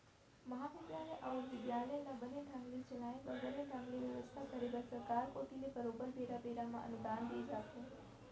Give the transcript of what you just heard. महाबिद्यालय अउ बिद्यालय ल बने ढंग ले चलाय बर बने ढंग ले बेवस्था करे बर सरकार कोती ले बरोबर बेरा बेरा म अनुदान दे जाथे